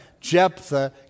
Jephthah